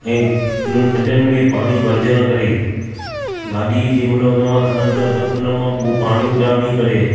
ऐं हुननि खॾनि में पाणी भरजण करे गाॾी जे महिल हुननि मां खणनि था त उन मां उओ पाणी उॾामी करे